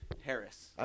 Harris